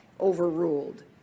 overruled